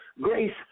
grace